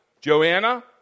Joanna